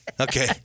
Okay